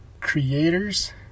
creators